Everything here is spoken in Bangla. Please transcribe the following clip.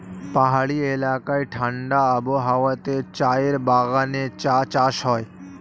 পাহাড়ি এলাকায় ঠাণ্ডা আবহাওয়াতে চায়ের বাগানে চা চাষ হয়